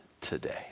today